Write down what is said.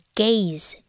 gaze，